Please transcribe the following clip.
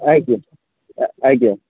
ଆଜ୍ଞା ଆଜ୍ଞା